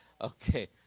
Okay